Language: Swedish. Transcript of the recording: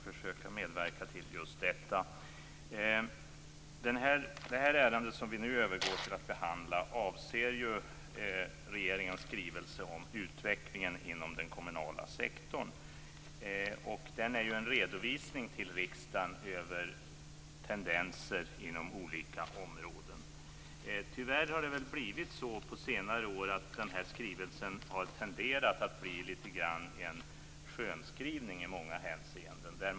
Fru talman! Det ärende som vi nu övergår till att behandla avser regeringens skrivelse om utvecklingen inom den kommunala sektorn. Den är en redovisning till riksdagen över tendenser inom olika områden. Tyvärr har det blivit så på senare år att den här skrivelsen har tenderat att bli lite grann en skönskrivning i många hänseenden.